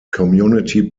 community